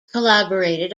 collaborated